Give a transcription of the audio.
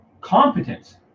competence